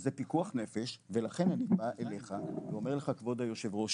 זה פיקוח נפש ולכן אני בא אליך ואומר לך כבוד היושב ראש,